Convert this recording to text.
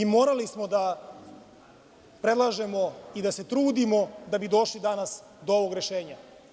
Morali smo da predlažemo i da se trudimo da bi došli danas do ovog rešenja.